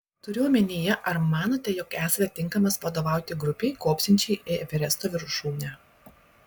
turiu omenyje ar manote jog esate tinkamas vadovauti grupei kopsiančiai į everesto viršūnę